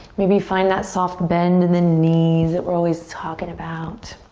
maybe find that soft bend in the knees that we're always talking about.